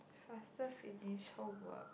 faster finish homework